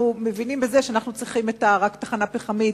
מבינים בזה שאנחנו צריכים רק תחנה פחמית,